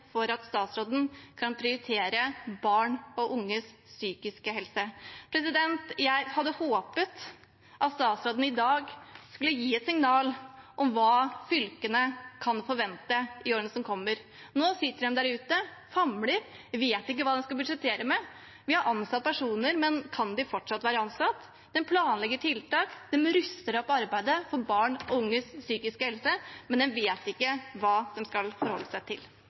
for at statsråden kan prioritere barn og unges psykiske helse. Jeg hadde håpet at statsråden i dag ville gi et signal om hva fylkene kan forvente i årene som kommer. Nå sitter de der ute og famler og vet ikke hva de skal budsjettere med. De har ansatt personer, men kan de fortsatt være ansatt? De planlegger tiltak, de ruster opp arbeidet for barn og unges psykiske helse, men de vet ikke hva de skal forholde seg til.